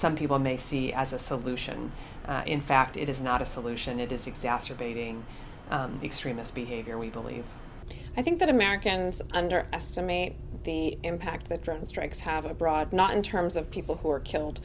some people may see as a solution in fact it is not a solution it is exacerbating extremist behavior we believe i think that americans underestimate the impact that drone strikes have abroad not in terms of people who are killed